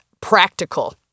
practical